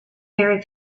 very